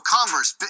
Converse